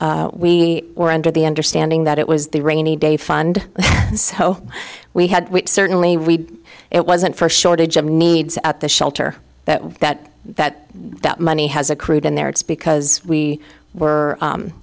because we were under the understanding that it was the rainy day fund so we had which certainly we it wasn't for a shortage of needs at the shelter that that that that money has accrued in there it's because we were